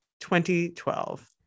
2012